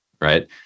right